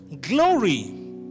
Glory